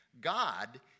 God